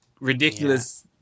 ridiculous